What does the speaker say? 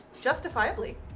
Justifiably